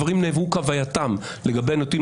הדברים נאמרו כהווייתם לגבי הנתונים